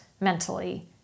mentally